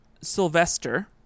Sylvester